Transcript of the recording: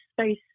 space